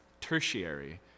tertiary